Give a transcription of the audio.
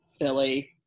Philly